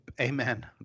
amen